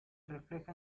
refleja